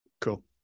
cool